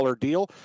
deal